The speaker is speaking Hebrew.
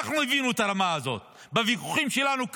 אנחנו הבאנו את הרמה הזאת בוויכוחים שלנו כאן,